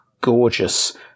gorgeous